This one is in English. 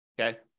Okay